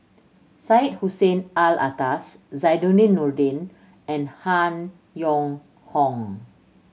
Syed Hussein Alatas Zainudin Nordin and Han Yong Hong